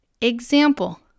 Example